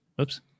Oops